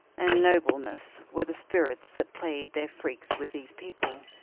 and nobleness were the spirits that played their freaks with these people.